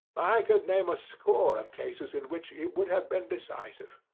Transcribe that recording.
i could name a score of cases in which it would have been decisive.